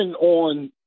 on